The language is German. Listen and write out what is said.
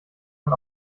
man